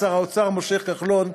שר האוצר משה כחלון,